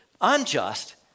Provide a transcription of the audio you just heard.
unjust